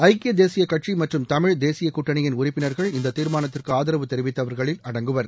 ஐக்கிய தேசிய கட்சி மற்றும் தமிழ் தேசிய கூட்டணியின் உறுப்பினர்கள் இந்த தீர்மானத்திற்கு ஆதரவு தெரிவித்தவர்களில் அடங்குவர்